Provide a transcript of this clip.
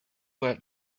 that